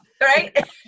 Right